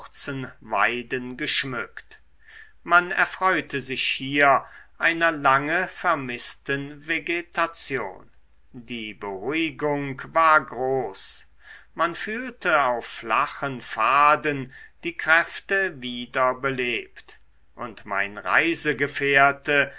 weiden geschmückt man erfreute sich hier einer lange vermißten vegetation die beruhigung war groß man fühlte auf flachen pfaden die kräfte wieder belebt und mein reisegefährte